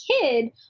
kid